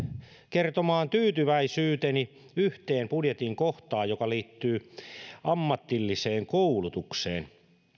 kertomaan tyytyväisyyteni yhteen budjetin kohtaan joka liittyy ammatilliseen koulutukseen